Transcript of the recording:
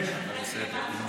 אבל בסדר.